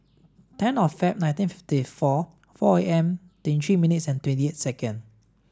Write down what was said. ten of Feb nineteen fifty four four A M twenty three minutes and twenty eight second